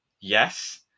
Yes